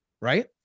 right